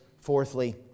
fourthly